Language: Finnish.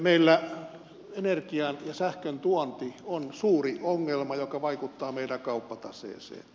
meillä energian ja sähkön tuonti on suuri ongelma joka vaikuttaa meidän kauppataseeseen